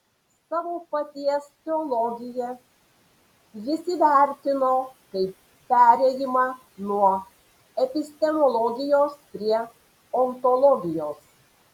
savo paties teologiją jis įvertino kaip perėjimą nuo epistemologijos prie ontologijos